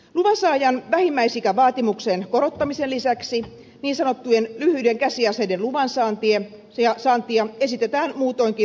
luvansaajan vähimmäisikävaatimuksen korottamisen lisäksi niin sanottujen lyhyiden käsiaseiden luvansaantia esitetään muutoinkin rajoitettavaksi merkittävästi